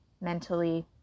mentally